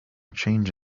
change